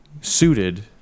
suited